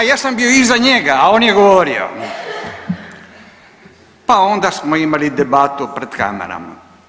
I ja jesam bio iza njega, a on je govorio, pa onda smo imali debaru pred kamerama.